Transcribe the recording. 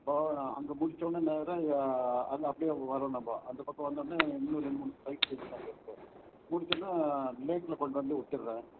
பவா அங்கே முடித்தவொன்னே நேராக எ அங்கே அப்படியே வர்றோம் நம்ம அந்தப் பக்கம் வந்தோன்னே இன்னும் ரெண்டு மூணு சைட் ஸீயிங்க்ஸ் அங்கே இருக்குது முடித்தவொன்னே லேக்கில் கொண்டு வந்து விட்டுர்றேன்